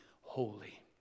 holy